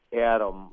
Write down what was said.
Adam